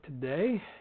today